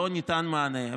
לא ניתן לו מענה.